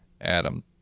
Adam